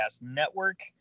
network